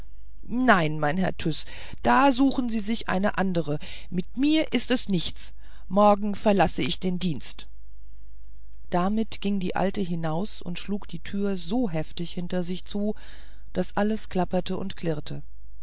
nein mein herr tyß da suchen sie sich eine andere mit mir ist es nichts morgen verlass ich den dienst und damit ging die alte hinaus und schlug die türe so heftig hinter sich zu daß alles klapperte und klirrte